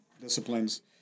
disciplines